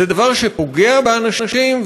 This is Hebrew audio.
זה דבר שפוגע באנשים,